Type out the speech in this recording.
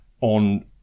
on